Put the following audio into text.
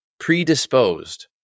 Predisposed